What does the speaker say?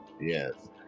Yes